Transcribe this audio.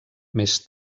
més